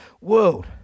world